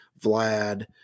Vlad